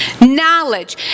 Knowledge